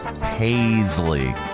Paisley